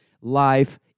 Life